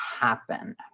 happen